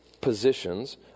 positions